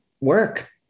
work